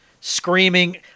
screaming